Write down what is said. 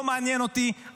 לא מעניין אותי,